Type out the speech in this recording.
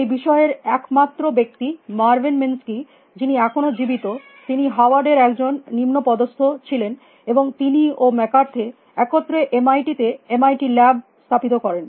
এই বিষয়ের একমাত্র্ ব্যক্তি মারভিন মিনসকি যিনি এখনো জীবিত তিনি হওয়ারড এর একজন নিম্নপদস্থ ছিলেন এবং তিনি ও ম্যাককার্থে একত্রে এম আই টি তে এম আই টি ল্যাব স্থাপিত করেন